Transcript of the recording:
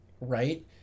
Right